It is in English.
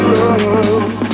love